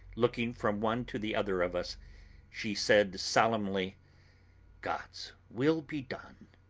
looking from one to the other of us she said solemnly god's will be done!